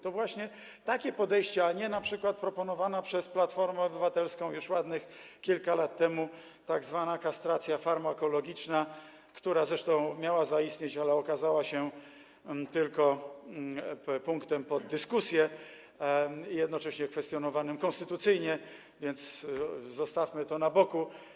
To właśnie takie podejście, a nie np. proponowana przez Platformę Obywatelską już ładnych kilka lat temu tzw. kastracja farmakologiczna, która zresztą miała zaistnieć, ale okazała się tylko punktem pod dyskusję, jednocześnie kwestionowanym konstytucyjnie, więc zostawmy to na boku.